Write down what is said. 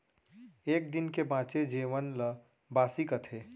एक दिन के बांचे जेवन ल बासी कथें